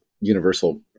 Universal